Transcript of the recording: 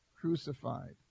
crucified